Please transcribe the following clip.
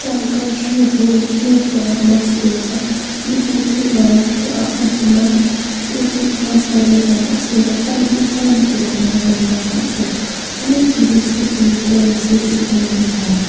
چمکان شوٗبوُن شوٗبدار مَس روزان یُس وُچھُن لایق چھِ آسان سُہ مَس تمہِ سۭتۍ چھِ مَس واریاہ زیادٕ اَصٕل گژھان بیٚیہِ ژَم تہِ روزان واریاہ زیادٕ اَصٕل یِمَے چیٖز چھِ سٲنِس گامَس منٛز استعمال کَران